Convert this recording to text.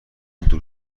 دور